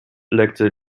legte